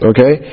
Okay